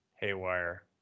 Haywire